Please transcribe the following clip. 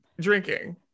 drinking